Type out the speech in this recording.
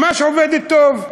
ממש עובדת טוב.